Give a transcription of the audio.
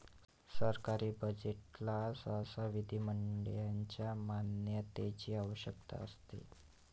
सरकारी बजेटला सहसा विधिमंडळाच्या मान्यतेची आवश्यकता असते